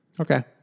Okay